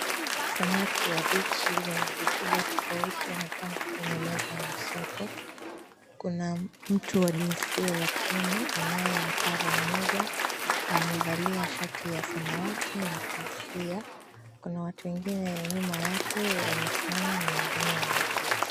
Samaki wa bichi wenye ukubwa tofauti wakiwa wamepangwa kwa meza za soko, kuna mtu jinsia ya kiume anayempara mmoja, amevalia shati ya samawati na kofia kuna watu wengine nyuma yake wamesimama na wengine wameketi.